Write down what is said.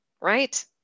right